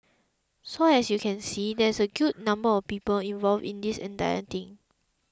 so as you can see there are a good number of people involved in this entire thing